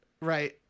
right